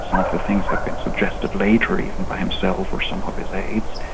some of the things have been suggested later, even by himself or some of his aides.